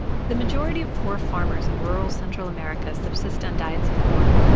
the majority of poor farmers in rural central america subsist on diets of corn.